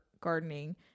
gardening